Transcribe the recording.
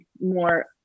more